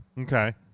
Okay